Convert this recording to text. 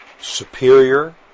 superior